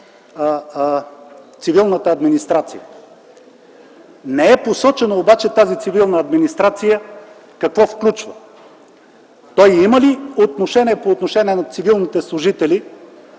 цивилната администрация. Не е посочено обаче тази цивилна администрация какво включва. Има ли той отношение към цивилните служители